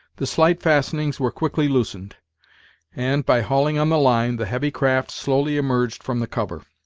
the slight fastenings were quickly loosened and, by hauling on the line, the heavy craft slowly emerged from the cover.